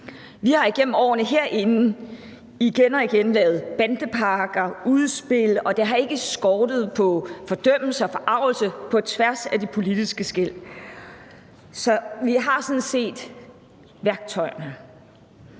Vi har igennem årene herinde igen og igen lavet bandepakker, udspil, og det har ikke skortet på fordømmelse og forargelse på tværs af de politiske skel, så vi har sådan set værktøjerne.